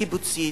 הקיבוצית,